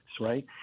right